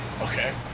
Okay